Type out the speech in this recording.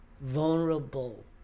vulnerable